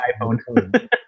iPhone